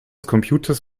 computers